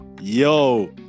Yo